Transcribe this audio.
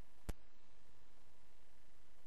ולכן